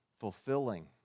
fulfilling